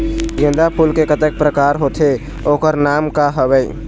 गेंदा फूल के कतेक प्रकार होथे ओकर नाम का हवे?